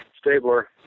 Stabler